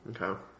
Okay